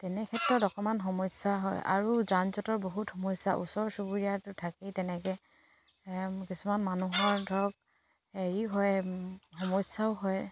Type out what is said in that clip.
তেনেক্ষেত্ৰত অকমান সমস্যা হয় আৰু যান জঁটৰ বহুত সমস্যা ওচৰ চুবুৰীয়াটো থাকেই তেনেকে কিছুমান মানুহৰ ধৰক হেৰি হয় সমস্যাও হয়